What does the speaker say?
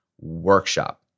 workshop